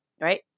Right